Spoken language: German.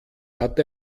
hat